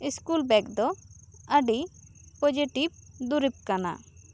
school bag ᱫᱚ ᱟᱹᱰᱤ positive ᱫᱩᱨᱤᱵᱽ ᱠᱟᱱᱟ